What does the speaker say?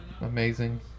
amazing